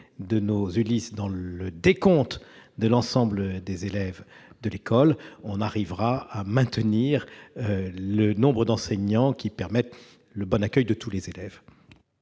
de nos ULIS dans le décompte de l'ensemble des élèves de l'école, on arrivera à maintenir le nombre d'enseignants permettant le bon accueil de tous les élèves.